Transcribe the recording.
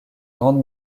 grande